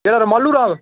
केह्ड़ा रमालू राम